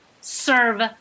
serve